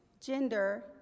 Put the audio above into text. gender